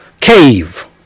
cave